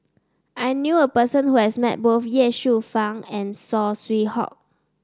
I knew a person who has met both Ye Shufang and Saw Swee Hock